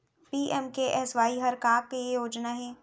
PMKSY हर का के योजना हे?